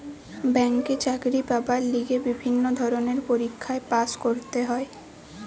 ব্যাংকে চাকরি পাবার লিগে বিভিন্ন ধরণের পরীক্ষায় পাস্ করতে হয়